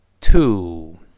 two